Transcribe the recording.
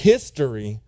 History